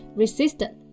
resistant